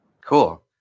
Cool